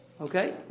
Okay